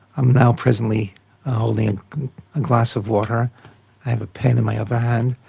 am now presently holding a glass of water i have a pen in my other hand.